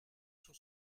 sur